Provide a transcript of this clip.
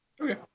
Okay